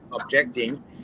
objecting